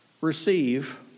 receive